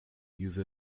use